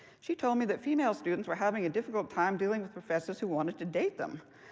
she told me that female students were having a difficult time dealing with professors who wanted to date them.